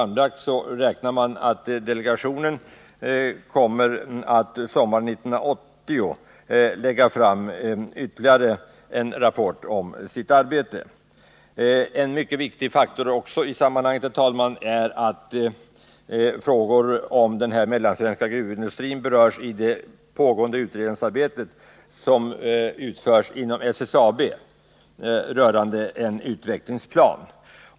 Man räknar med att delegationen sommaren 1980 kommer att lägga fram ytterligare en rapport om sitt arbete. En annan mycket viktig faktor i sammanhanget är att frågor om den mellansvenska gruvindustrin berörs i det utredningsarbete som pågår inom SSAB rörande en utvecklingsplan.